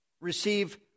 receive